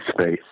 space